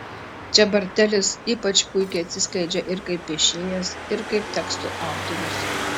čia bartelis ypač puikiai atsiskleidžia ir kaip piešėjas ir kaip tekstų autorius